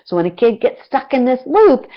so when a kid gets stuck in this loop,